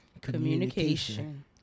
Communication